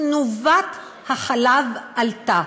תנובת החלב עלתה,